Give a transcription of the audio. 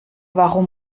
warum